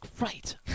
Right